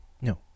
no